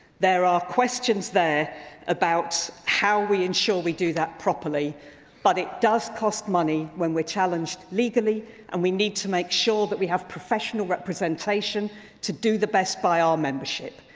there are questions there about how we ensure we do that properly but it does cost money when we are challenged legally and we need to make sure that we have professional representation to do the best by our membership.